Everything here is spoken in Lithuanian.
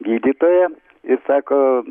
gydytoją ir sako